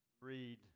read